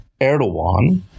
Erdogan